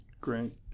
Great